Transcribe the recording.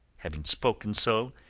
having spoken so,